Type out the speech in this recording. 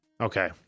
Okay